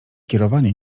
kierowanie